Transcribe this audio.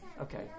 Okay